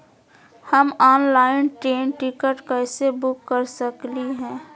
हम online train ticket कैसे book कर सकली हई?